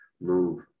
move